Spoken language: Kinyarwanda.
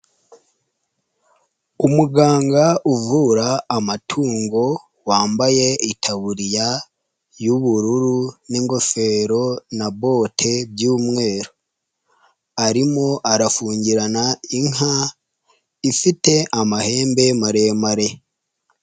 Umuganga uvura amatungo wambaye itaburiya y'ubururu n'ingofero na bote by'umweru, arimo arafungirana inka ifite amahembe maremare.